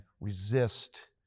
resist